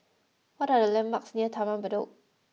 what are the landmarks near Taman Bedok